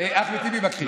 אחמד טיבי מכחיש.